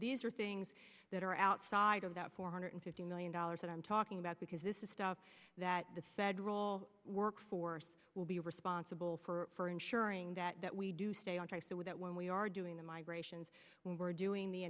these are things that are outside of that four hundred fifty million dollars that i'm talking about because this is stuff that the federal workforce will be responsible for ensuring that we do stay on track so that when we are doing the migrations when we're doing the